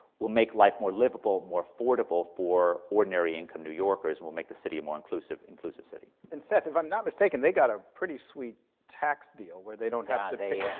will make life more livable, more affordable, for ordinary income new yorkers, will make the city a more inclusive inclusive city. and seth, if i'm not mistaken, they got a pretty sweet tax deal, where they don't have to